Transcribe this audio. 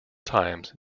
times